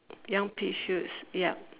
young pea shoots yup